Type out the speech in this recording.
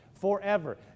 forever